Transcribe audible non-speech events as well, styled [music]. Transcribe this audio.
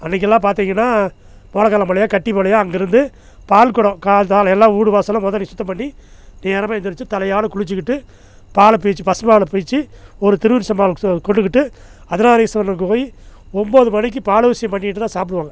அன்றைக்கெல்லாம் பார்த்திங்கன்னா [unintelligible] கட்டிப்பாளையம் அங்கேயிருந்து பால்குடம் [unintelligible] எல்லாம் வீடுவாசல்லாம் உதறி சுத்தம் பண்ணி நேரமாக எந்திரிச்சி தலையால் குளிச்சிக்கிட்டு பாலை பீச்சி பசும்பாலை பீச்சி ஒரு [unintelligible] கொண்டுக்கிட்டு அர்த்தனாரீஸ்வரர்க்கு போய் ஒம்பது மணிக்கு பால் அபிஷேகம் பண்ணிட்டு தான் சாப்பிடுவாங்க